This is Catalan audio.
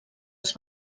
els